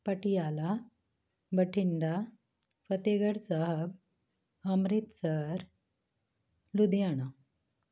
Patiala Bathinda Fatehgarh Sahib Amritsar Ludhiana